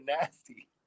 nasty